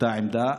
אותה עמדה.